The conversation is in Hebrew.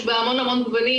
יש בה המון המון גוונים,